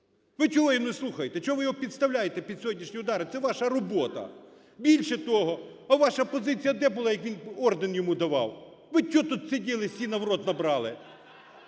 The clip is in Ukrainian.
його не слухаєте, чого його підставляєте під сьогоднішні удари? Це ваша робота. Більше того, а ваша позиція де була, як він орден йому давав? Ви чого тут сиділи, сіна в рот набрали?